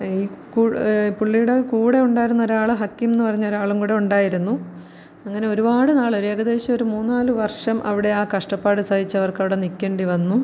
ഈ കൂ പുള്ളിയുടെ കൂടെ ഉണ്ടായിരുന്നൊരാള് ഹക്കിം എന്നു പറഞ്ഞൊരാളും കൂടെ ഉണ്ടായിരുന്നു അങ്ങനെ ഒരുപാട് നാള് ഏകദേശം ഒരു മൂന്നാല് വർഷം അവിടെ ആ കഷ്ടപ്പാട് സഹിച്ചവർക്കവിടെ നില്ക്കേണ്ടിവന്നു